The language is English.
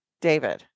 David